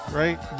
right